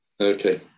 okay